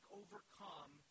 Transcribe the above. overcome